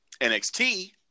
NXT